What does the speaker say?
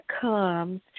comes